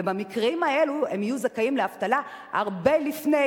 ובמקרים האלה הם יהיו זכאים לדמי אבטלה הרבה לפני